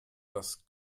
das